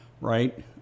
right